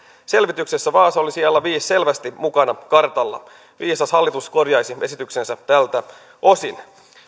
selvityksessä vaasa oli sijalla viisi selvästi mukana kartalla viisas hallitus korjaisi esityksensä tältä osin